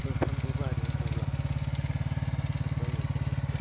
गोथांबो बारो गलाबफोर बायो गलाबफोर